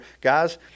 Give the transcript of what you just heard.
guys